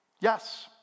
yes